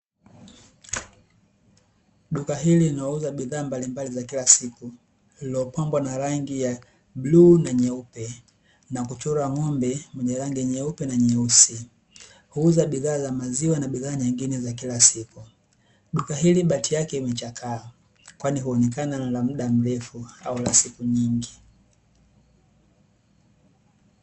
Duka hili linauza bidhaa mbalimbali za kila siku, lililopambwa na rangi ya bluu na nyeupe, na kuchorwa ng'ombe mwenye rangi nyeupe na nyeusi. Huuza bidhaa za maziwa na bidhaa nyingine za kila siku. Duka hili bati yake imechakaa, kwani huonekana ni la muda mrefu au la siku nyingi.